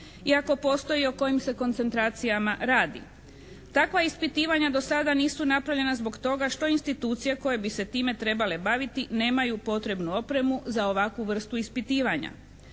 i ako postoji o kojim se koncentracijama radi. Takva ispitivanja do sada nisu napravljena zbog toga što institucije koje bi se time trebale baviti nemaju potrebnu opremu za ovakvu vrstu ispitivanja.